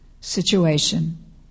situation